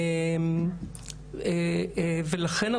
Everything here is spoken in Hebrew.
לכן,